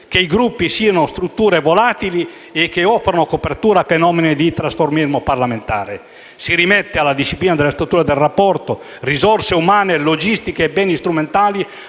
che i Gruppi siano strutture volatili che operano a copertura di fenomeni di trasformismo parlamentare. Si rimette la disciplina della struttura del rapporto tra risorse umane e logistiche e beni strumentali